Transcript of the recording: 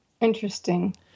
Interesting